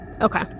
Okay